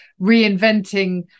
reinventing